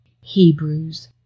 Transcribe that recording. Hebrews